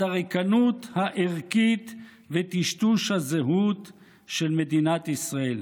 הריקנות הערכית וטשטוש הזהות של מדינת ישראל.